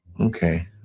Okay